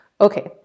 Okay